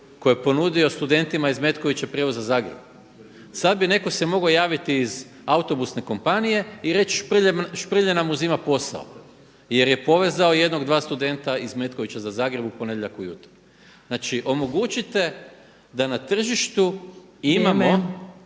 koji je ponudio studentima iz Metkovića prijevoz za Zagreb. Sada bi neko se mogao javiti iz autobusne kompanije i reć Šprlje nam uzima posao jer je povezao jednog, dva studenta iz Metkovića za Zagreb u ponedjeljak ujutro. Znači omogućite da na tržištu imamo